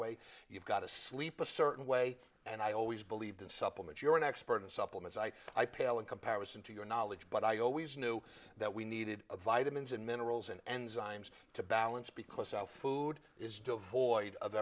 way you've got to sleep a certain way and i always believed in supplement you're an expert in supplements i i p l in comparison to your knowledge but i always knew that we needed a vitamins and minerals and enzymes to balance because our food is devoid of